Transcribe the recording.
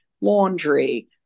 laundry